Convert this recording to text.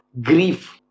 Grief